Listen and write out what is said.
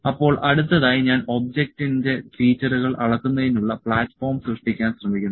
അപ്പോൾ അടുത്തതായി ഞാൻ ഒബ്ജക്റ്റിന്റെ ഫീച്ചറുകൾ അളക്കുന്നതിനുള്ള പ്ലാറ്റ്ഫോം സൃഷ്ടിക്കാൻ ശ്രമിക്കുന്നു